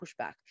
pushback